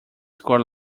score